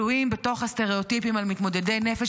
כלואים בתוך הסטריאוטיפים על מתמודדי נפש